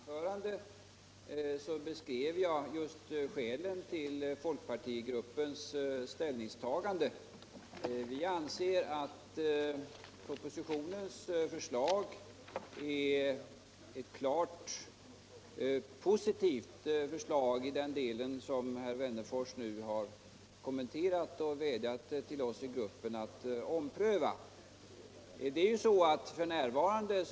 Fru talman! I mitt anförande beskrev jag skälen till folkpartigruppens ställningstagande. Vi anser att propositionens förslag är klart positivt i den del herr Wennerfors nu har kommenterat och vädjat till oss i folkpartigruppen att ompröva vårt ställningstagande till.